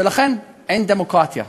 ולכן אין דמוקרטיה,